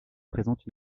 présente